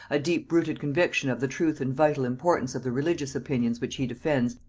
a deep-rooted conviction of the truth and vital importance of the religious opinions which he defends,